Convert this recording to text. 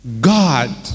God